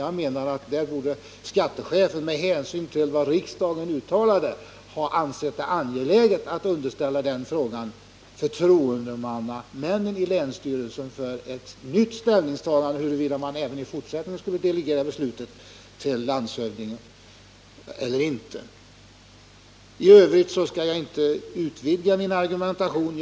Jag anser att skattechefen, med hänsyn till vad riksdagen uttalat, borde ha ansett det angeläget att underställa förtroendemannanämnden i länsstyrelsen den frågan för nytt ställningstagande till huruvida man även i fortsättningen skulle delegera beslutanderätten till landshövdingen eller inte. I övrigt skall jag inte utvidga min argumentation.